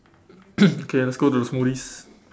okay let's go to the smoothie